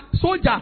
soldier